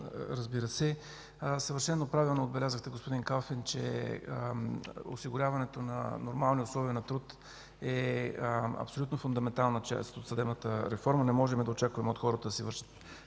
е важен. Съвършено правилно отбелязахте, господин Калфин, че осигуряването на нормални условия на труд е фундаментална част от съдебната реформа. Не можем да чакаме хората да си вършат